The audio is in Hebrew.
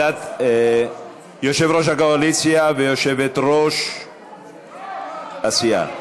יושב-ראש הקואליציה ויושבת-ראש הסיעה.